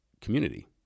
community